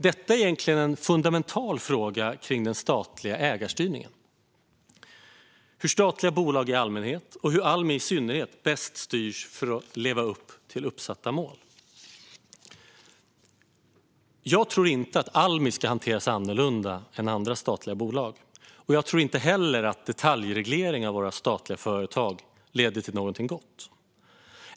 Detta är egentligen en fundamental fråga när det gäller den statliga ägarstyrningen, det vill säga hur statliga bolag i allmänhet och Almi i synnerhet bäst styrs för att leva upp till uppsatta mål. Jag tror inte att Almi ska hanteras annorlunda än andra statliga bolag. Jag tror inte heller att detaljreglering av våra statliga företag leder till någonting gott.